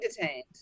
detained